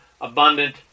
abundant